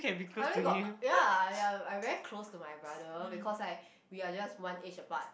I only got ya ya I very close to my brother because like we are just one age apart